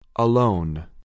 Alone